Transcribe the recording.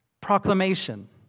Proclamation